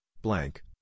blank